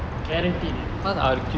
guaranteed